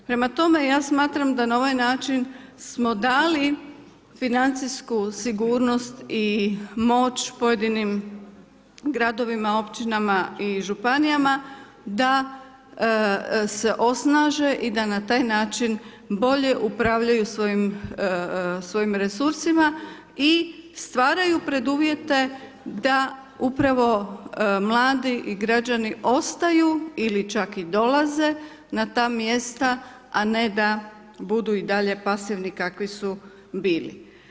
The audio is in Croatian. Prema tome, ja smatram da na ovaj način smo dali financijsku sigurnost i moć pojedinim gradovima, općinama i županijama, da se osnaže i da na taj način bolje upravljaju svojim resursima i stvaraju preduvjete da upravo mladi i građani ostaju, ili čak i dolaze na ta mjesta a ne da budu i dalje pasivni kakvi su bili.